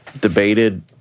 debated